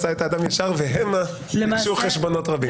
עשה את האדם ישר והמה ביקשו חשבונות רבים.